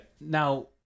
Now